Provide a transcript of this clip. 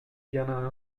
bien